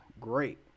great